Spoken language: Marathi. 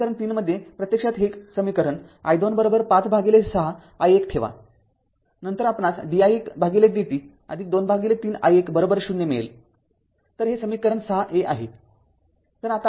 समीकरण ३ मध्ये प्रत्यक्षात हे समीकरण i२५ ६ i१ ठेवा नंतर आपणास di१dt२३ i१ 0 मिळेल तर हे समीकरण ६ a आहे